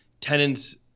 Tenants